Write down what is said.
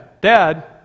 dad